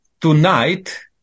tonight